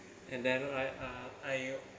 and then I uh I